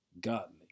godly